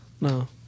No